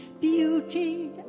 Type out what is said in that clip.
beauty